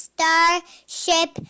Starship